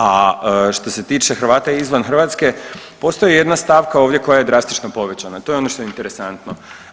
A što se tiče Hrvata izvan Hrvatske, postoji jedna stavka koja je ovdje drastično povećanja, to je ono što je interesantno.